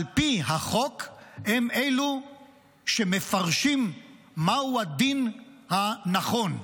על פי החוק הם אלו שמפרשים מהו הדין הנכון,